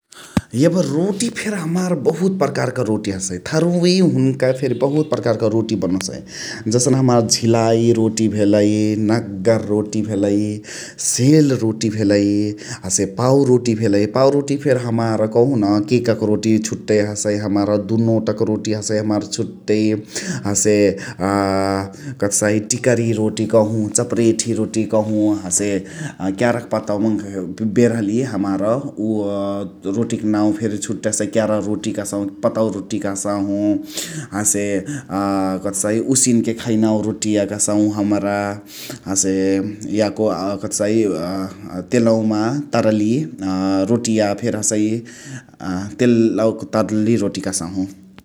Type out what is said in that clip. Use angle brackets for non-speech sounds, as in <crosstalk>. एब <noise> रोटी फेरी हमार बहुत परकारक हसइ थरुवेइ हुनुका फेरी बहुत परकारक रोटी बनोसइ । जसने हमार झिलाई रोटी भेलइ, नकगर रोटी भेलइ, सेल रोटी भेलइ, पाउ रोटी भेलइ । पाउ रोटी फेरी हमार कहुन केक रोटी छुट्टै हसइ हमार । हमरा दुनोटक रोटी हसइ हमार छुट्टै । हसे अ <hesitation> कथसाइ टिकारी रोटी कहु, चपरेठी रोटी कहु, हसे क्यारक पतवमा बेर्हली हमार उ अ रोटी क नाउ फेरी छुट्टै हसइ क्यारा रोटी कहसाहु पतवा रोटी कहसाहु । हसे अ कथसाइ उसिनके खैनावा रोटिय कहसाहु हमरा हसे याको अ कथसाइ तेलवमा तरली अ रोटिय फेरी हसइ । तेलवक तरली रोटिया कहसाहु ।